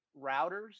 routers